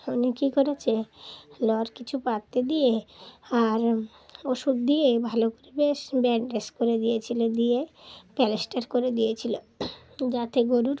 উনি কী করেছে কিছু পাত্রে দিয়ে আর ওষুধ দিয়ে ভালো করে বেশ ব্যান্ডেজ করে দিয়েছিলো দিয়ে প্লাস্টার করে দিয়েছিলো যাতে গরুর